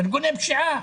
ארגוני פשיעה.